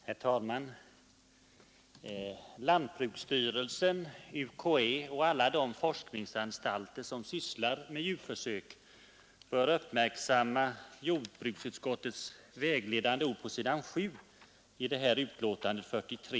Herr talman! Lantbruksstyrelsen, universitetskanslersämbetet och alla de forskningsanstalter som sysslar med djurförsök bör uppmärksamma jordbruksutskottets vägledande ord på s. 7 i betänkandet nr 43.